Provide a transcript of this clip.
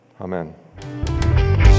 Amen